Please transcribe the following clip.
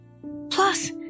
Plus